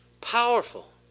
Powerful